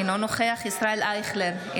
אינו נוכח ישראל אייכלר,